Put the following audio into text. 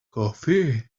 coffee